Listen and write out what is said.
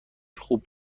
خوب